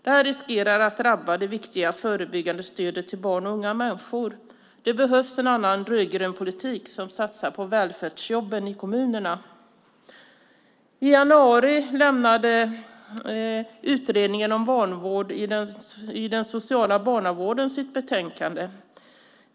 Det här riskerar att drabba det viktiga förebyggande stödet till barn och unga människor. Det behövs en annan, en rödgrön, politik där det satsas på välfärdsjobben i kommunerna. I januari avlämnade Utredningen om vanvård i den sociala barnavården sitt betänkande.